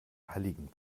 halligen